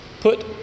put